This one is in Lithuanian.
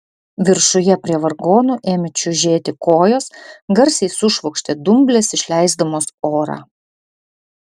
viršuje prie vargonų ėmė čiužėti kojos garsiai sušvokštė dumplės išleisdamos orą